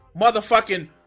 motherfucking